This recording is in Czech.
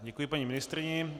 Děkuji paní ministryni.